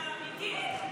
אתה אמיתי?